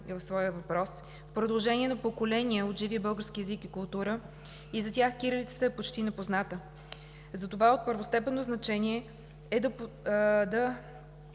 въпрос, в продължение на поколения от живия български език и култура и за тях кирилицата е почти непозната. Затова от първостепенно значение е да